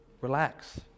relax